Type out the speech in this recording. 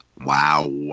wow